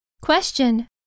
Question